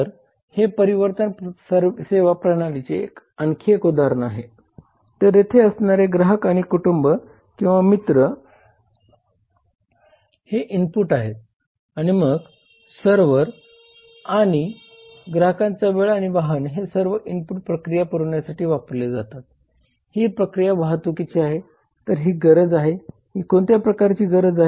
तर हे परिवर्तन सेवा प्रणालीचे आणखी एक उदाहरण आहे तर येथे असणारे ग्राहक आणि कुटुंब किंवा मित्र हे इनपुट आहे आणि मग सर्व्हर आणि ग्राहकांचा वेळ आणि वाहन हे सर्व इनपुट प्रक्रिया पुरविण्यासाठी वापरले जातात ही प्रक्रिया वाहतुकीची आहे तर ही गरज आहे ही कोणत्या प्रकारची प्रक्रिया आहे